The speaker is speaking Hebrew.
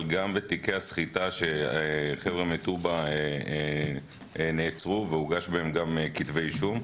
אבל גם בתיקי הסחיטה של חבר'ה מטובא נעצרו והוגש בהם גם כתבי אישום.